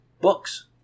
Books